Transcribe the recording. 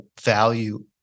value